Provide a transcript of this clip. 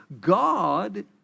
God